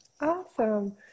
awesome